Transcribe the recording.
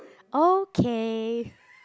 okay